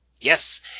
Yes